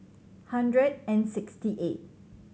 hundred and sixty eight